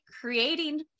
creating